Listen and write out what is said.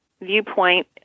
viewpoint